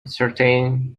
certain